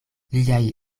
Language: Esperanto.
liaj